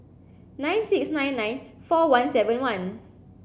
nine six nine nine four one seven one